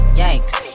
yikes